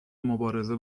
مبارزه